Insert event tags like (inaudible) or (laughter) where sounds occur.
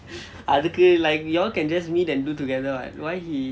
அதுக்கு:athukku like you all can just meet and do together what why he (laughs)